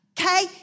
okay